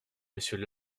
monsieur